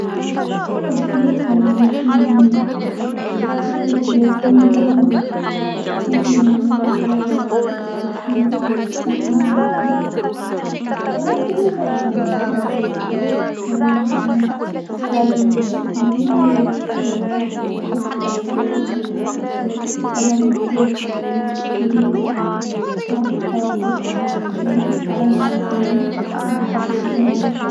حب ياسر الياسمين أنا، وردة الياسمين باهيا برشا، تعجبني زينتها و هاكا كيف مفينسا فيانو هو كل، أفما برشا ماباز ورد سمعهم، تعجبني الياسمين و زيد شفتها أكثر ماللازم هيك تغرمت بيها في تونكو خالتي عندها ياسمينا نخب الياسمين علاخر.